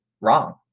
wrong